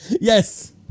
Yes